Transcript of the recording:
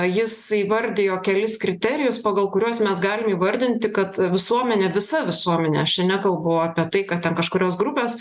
jis įvardijo kelis kriterijus pagal kuriuos mes galim įvardinti kad visuomenė visa visuomenė aš čia nekalbu apie tai kad ten kažkurios grupės